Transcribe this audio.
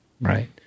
right